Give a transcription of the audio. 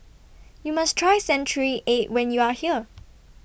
YOU must Try Century Egg when YOU Are here